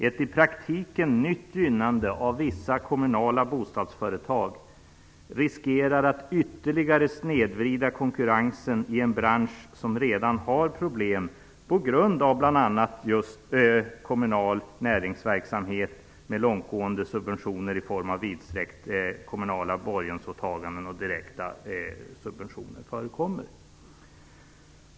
Ett i praktiken nytt gynnande av vissa kommunala bostadsföretag riskerar att ytterligare snedvrida konkurrensen i en bransch som redan har problem på grund av bl.a. just kommunal näringsverksamhet med långtgående subventioner i form av vidsträckta kommunala borgensåtaganden och direkta subventioner.